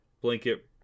blanket